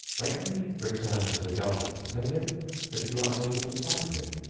when ye return to the governor tell him that you were unable to find him.